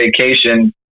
vacation